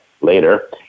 later